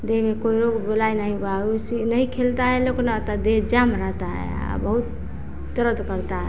देह में कोई रोग बिलाई नहीं बा उसी नहीं खेलता है इन लोगों को लगता देह जम रहता है बहुत दर्द पड़ता है